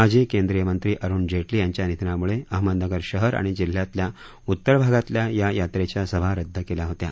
माजी केंद्रीय मंत्री अरुण जेटली यांच्या निधनाम्ळे अहमदनगर शहर आणि जिल्ह्यातल्या उत्तर भागातल्या या याट्रेच्या सभा रदद केल्या होत्या